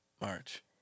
March